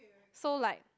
so like